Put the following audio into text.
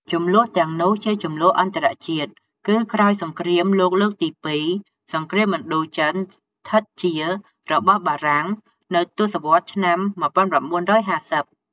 ជម្លោះទាំងនោះជា ជម្លោះអន្តរជាតិ គឺក្រោយសង្គ្រាមលោកលើកទីពីរសង្រ្គាមឥណ្ឌូចិនឋិតជារបស់បារាំងនៅទសវត្សរ៍ឆ្នាំ ១៩៥០។